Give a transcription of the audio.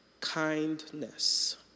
Kindness